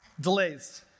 delays